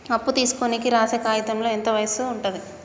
అప్పు తీసుకోనికి రాసే కాయితంలో ఎంత వయసు ఉంటది?